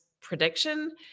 prediction